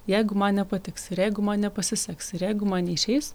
jeigu man nepatiks ir jeigu man nepasiseks ir jeigu man neišeis